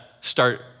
start